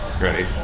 Ready